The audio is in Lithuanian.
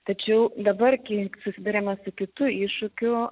tačiau dabar kiek susiduriame su kitu iššūkiu